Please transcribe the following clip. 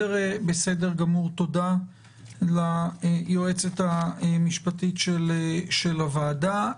תודה ליועצת המשפטית של הוועדה.